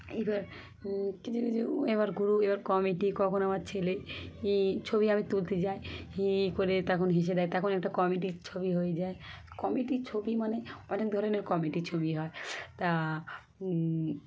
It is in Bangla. এবার কিছু কিছু এবার গুরু এবার কমেডি কখন আমার ছেলে হ ছবি আমি তুলতে যাই হি হি করে তখন হেসে দেয় তখন একটা কমেডির ছবি হয়ে যায় কমেডির ছবি মানে অনেক ধরনের কমেডির ছবি হয় তা